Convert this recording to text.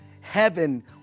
heaven